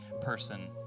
person